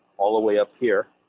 all the way up here.